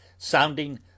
Sounding